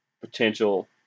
potential